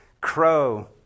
crow